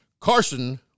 Carson